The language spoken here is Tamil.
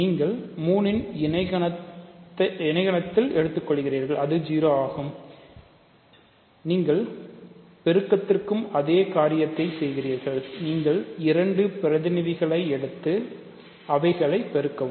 நீங்கள் 3 இன் இணைகணத்தின் எடுத்துக்கொள்கிறீர்கள் இது 0 ஆகும் நீங்கள் பெருக்கத்திற்கு அதே காரியத்தைச் செய்கிறீர்கள் நீங்கள் இரண்டு பிரதிநிதிகளை எடுத்து அவைகளை பெருக்கவும்